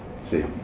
See